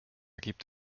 gibt